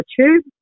tube